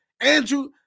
Andrew